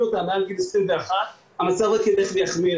אותה למעל גיל 21 המצב רק ילך ויחמיר,